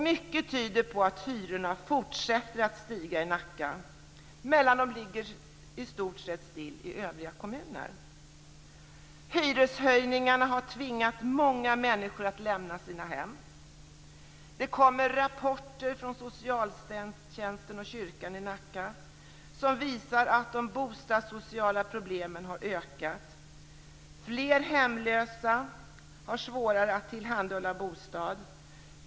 Mycket tyder på att hyrorna fortsätter att stiga i Nacka, medan de ligger i stort sett still i övriga kommuner. Hyreshöjningarna har tvingat många människor att lämna sina hem. Det kommer rapporter från socialtjänsten och kyrkan i Nacka som visar att de bostadssociala problemen har ökat. Det är svårare att tillhandahålla bostad åt de hemlösa.